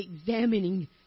examining